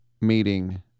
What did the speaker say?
meeting